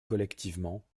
collectivement